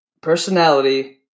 personality